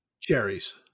Cherries